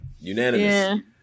Unanimous